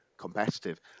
Competitive